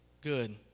good